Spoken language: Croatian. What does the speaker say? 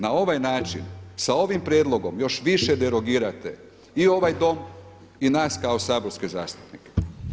Na ovaj način sa ovim prijedlogom, još više derogirate i ovaj dom i nas kao saborske zastupnike.